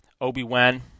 Obi-Wan